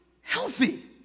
healthy